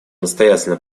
настоятельно